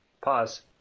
Pause